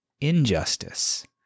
injustice